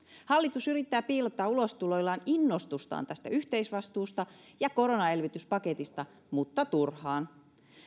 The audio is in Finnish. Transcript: hallitus yrittää piilottaa ulostuloillaan innostustaan tästä yhteisvastuusta ja koronaelvytyspaketista mutta turhaan